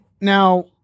Now